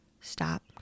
stop